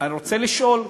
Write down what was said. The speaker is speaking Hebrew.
אני רוצה לשאול,